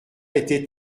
été